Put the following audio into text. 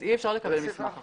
אז אי אפשר לקבל מסמך אחר.